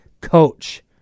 coach